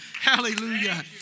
Hallelujah